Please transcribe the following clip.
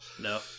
No